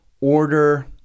order